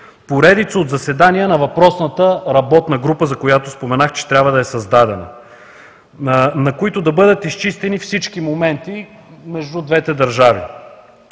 поредица от заседания на въпросната работна група, за която споменах, че трябва да е създадена, на които да бъдат изчистени всички моменти между двете държави.